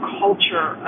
culture